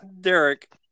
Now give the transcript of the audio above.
Derek